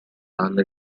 alle